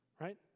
right